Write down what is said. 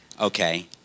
okay